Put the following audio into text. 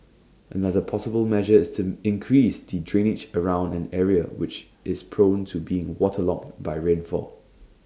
another possible measure is to increase the drainage around an area which is prone to being waterlogged by rainfall